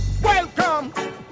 Welcome